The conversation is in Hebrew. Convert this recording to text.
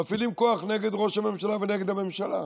מפעילים כוח נגד ראש הממשלה ונגד הממשלה,